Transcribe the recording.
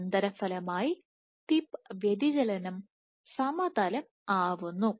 അനന്തരഫലമായി tip വ്യതിചലനം സമതലം ആവുന്നു